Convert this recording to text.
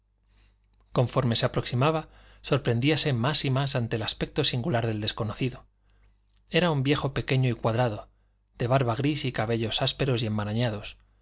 conforme se aproximaba sorprendíase más y más ante el aspecto singular del desconocido era un viejo pequeño y cuadrado de barba gris y cabellos ásperos y enmarañados